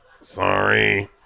Sorry